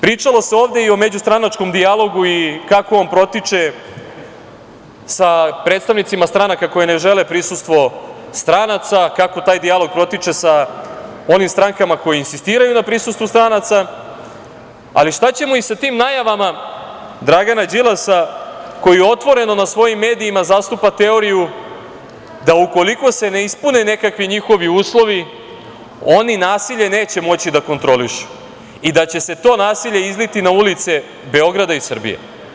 Pričalo se ovde i o međustranačkom dijalogu i kako on protiče sa predstavnicima stranaka koje ne žele prisustvo stranaca, kako taj dijalog protiče sa onim strankama koje insistiraju na prisustvu stranaca, ali šta ćemo sa tim najavama Dragana Đilasa koji otvoreno na svojim medijima zastupa teoriju da, ukoliko se ne ispune nekakvi njihovi uslovi, oni nasilje neće moći da kontrolišu i da će se to nasilje izliti na ulice Beograda i Srbije?